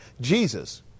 Jesus